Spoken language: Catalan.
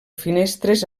finestres